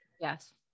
Yes